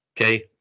Okay